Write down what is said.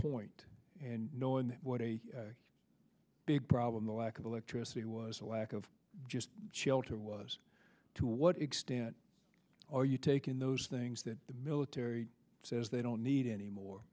point and knowing what a big problem the lack of electricity was a lack of just shelter was to what extent are you taking those things that the military says they don't need anymore